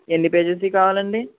ఎన్ని పేజెస్వి కావాలండి